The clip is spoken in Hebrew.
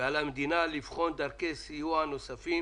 ועל המדינה לבחון דרכי סיוע נוספים